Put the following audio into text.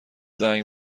زنگ